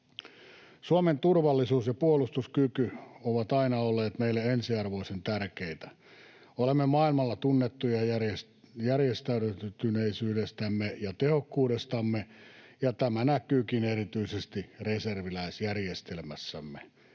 Suomen turvallisuus ja puolustuskyky ovat aina olleet meille ensiarvoisen tärkeitä. Olemme maailmalla tunnettuja järjestäytyneisyydestämme ja tehokkuudestamme, ja tämä näkyykin erityisesti reserviläisjärjestelmässämme.